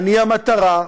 אני המטרה,